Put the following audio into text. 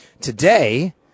today